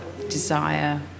desire